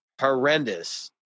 horrendous